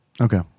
Okay